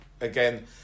again